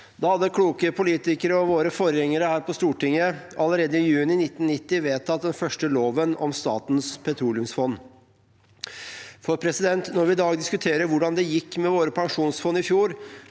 Da hadde kloke politikere og våre forgjengere her på Stortinget allerede i juni 1990 vedtatt den første loven om Statens petroleumsfond. Når vi i dag diskuterer hvordan det gikk med våre pensjonsfond i fjor,